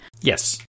Yes